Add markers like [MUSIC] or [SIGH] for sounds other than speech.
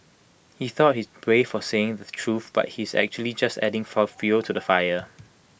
he thought he's brave for saying the truth but he's actually just adding [HESITATION] fuel to the fire